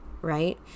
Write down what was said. right